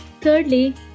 Thirdly